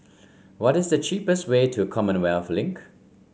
what is the cheapest way to Commonwealth Link